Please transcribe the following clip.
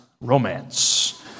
romance